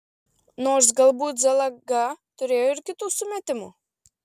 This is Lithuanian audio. nors galbūt zalaga turėjo ir kitų sumetimų